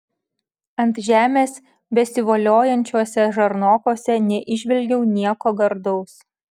ant žemės besivoliojančiuose žarnokuose neįžvelgiau nieko gardaus